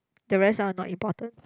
the rest are not important